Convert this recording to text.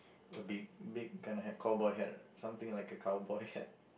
a big big kind of hat cowboy hat or something like a cowboy hat